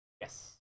yes